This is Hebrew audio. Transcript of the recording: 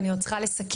ואני עוד צריכה לסכם.